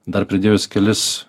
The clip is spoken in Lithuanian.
dar pridėjus kelis